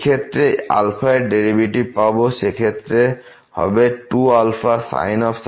এই ক্ষেত্রে র ডেরিভেটিভ পাব সে ক্ষেত্রে হবে 2sin x